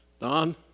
Don